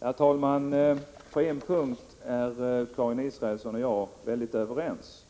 Herr talman! På en punkt är Karin Israelsson och jag helt överens: